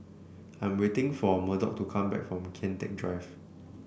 I'm waiting for Murdock to come back from Kian Teck Drive